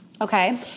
okay